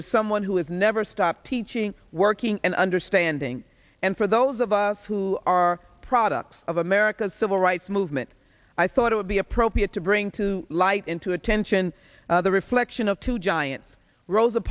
is someone who has no never stopped teaching working and understanding and for those of us who are products of america's civil rights movement i thought it would be appropriate to bring to light into attention the reflection of two giants rosa